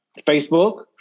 Facebook